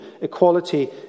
equality